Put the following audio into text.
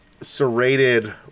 serrated